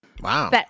Wow